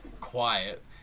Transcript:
quiet